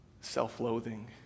self-loathing